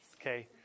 Okay